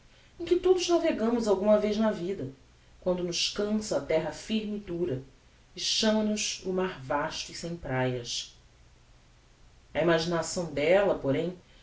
em que todos navegamos alguma vez na vida quando nos cança a terra firme e dura e chama nos o mar vasto e sem praias a imaginação della porém